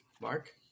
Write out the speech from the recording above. Mark